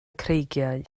creigiau